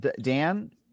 dan